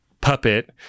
puppet